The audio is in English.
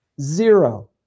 Zero